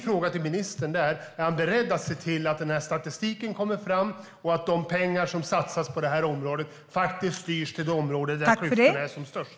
Är ministern beredd att se till att statistiken tas fram och att de pengar som satsas på området styrs dit där klyftorna är som störst?